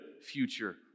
future